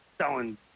selling